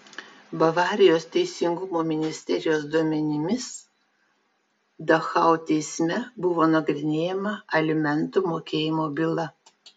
bavarijos teisingumo ministerijos duomenimis dachau teisme buvo nagrinėjama alimentų mokėjimo byla